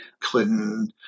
Clinton